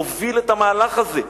הוא הוביל את המהלך הזה,